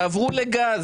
תעברו לגז.